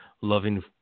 loving